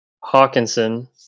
Hawkinson